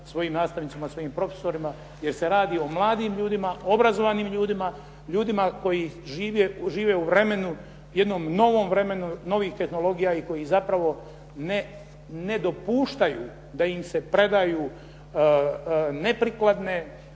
svojim nastavnicima, svojim profesorima jer se radi o mladim ljudima, obrazovanim ljudima, ljudima koji žive u vremenu, jednom novom vremenu, novih tehnologija i koji zapravo ne dopuštaju da im se predaju neprikladne,